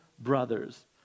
brothers